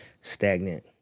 Stagnant